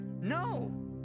No